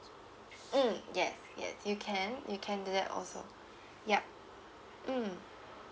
mm yes yes you can you can do that also yup mm